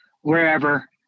wherever